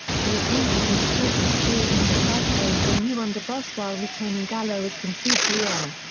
he appointed his co-conspirator decicco as the new underboss while retaining gallo as consigliere.